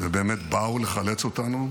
ובאמת באו לחלץ אותנו.